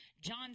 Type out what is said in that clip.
John